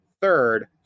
Third